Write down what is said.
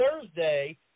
Thursday